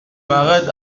m’arrête